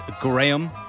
Graham